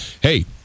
Hey